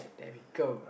there we go